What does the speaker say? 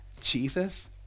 Jesus